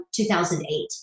2008